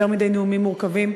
יותר מדי נאומים מורכבים.